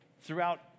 throughout